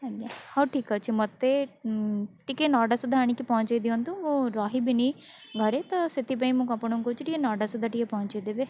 ଆଜ୍ଞା ହଉ ଠିକ୍ ଅଛି ମୋତେ ଟିକିଏ ନଅଟା ସୁଦ୍ଧା ଆଣିକି ପହଞ୍ଚେଇ ଦିଅନ୍ତୁ ମୁଁ ରହିବିନି ଘରେ ତ ସେଥିପାଇଁ ମୁଁ ଆପଣଙ୍କୁ କହୁଛି ଟିକିଏ ନଅଟା ସୁଦ୍ଧା ଟିକିଏ ପହଞ୍ଚେଇଦେବେ